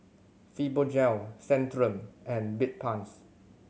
Fibogel Centrum and Bedpans